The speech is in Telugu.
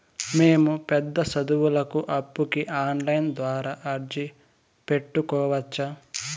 మేము పెద్ద సదువులకు అప్పుకి ఆన్లైన్ ద్వారా అర్జీ పెట్టుకోవచ్చా?